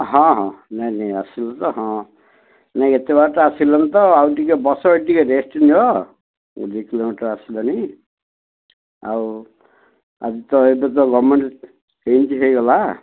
ହଁ ହଁ ନାଇଁ ନାଇଁ ଆସିଲ ତ ହଁ ନାଇଁ ଏତେ ବାଟ ଆସିଲନି ତ ଆଉ ଟିକେ ବସ ଟିକେ ରେଷ୍ଟ ନିିଅ ଦୁଇ କିଲୋମିଟର ଆସିଲଣି ଆଉ ଆଜି ତ ଏବେ ତ ଗଭର୍ଣ୍ଣମେଣ୍ଟ ହେଇଛି ହେଇଗଲା